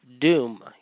Doom